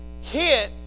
hit